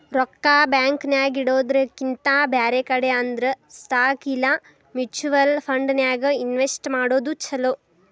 ರೊಕ್ಕಾ ಬ್ಯಾಂಕ್ ನ್ಯಾಗಿಡೊದ್ರಕಿಂತಾ ಬ್ಯಾರೆ ಕಡೆ ಅಂದ್ರ ಸ್ಟಾಕ್ ಇಲಾ ಮ್ಯುಚುವಲ್ ಫಂಡನ್ಯಾಗ್ ಇನ್ವೆಸ್ಟ್ ಮಾಡೊದ್ ಛಲೊ